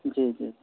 جی جی